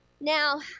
now